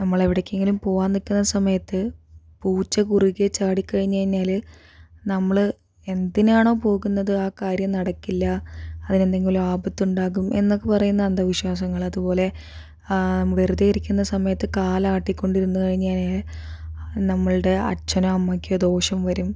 നമ്മൾ എവിടേക്കെങ്കിലും പോകാൻ നിൽക്കുന്ന സമയത്ത് പൂച്ച കുറുകേ ചാടി കഴിഞ്ഞു കഴിഞ്ഞാല് നമ്മള് എന്തിനാണോ പോകുന്നത് ആ കാര്യം നടക്കില്ല അതില് എന്തെങ്കിലും ആപത്തുണ്ടാകും എന്നൊക്കെ പറയുന്ന അന്ധവിശ്വാസങ്ങള് അതുപോലെ വെറുതേ ഇരിക്കുന്ന സമയത്ത് കാലാട്ടി കൊണ്ട് ഇരുന്നു കഴിഞ്ഞാല് നമ്മളുടെ അച്ഛനും അമ്മക്കും ദോഷം വരും